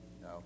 no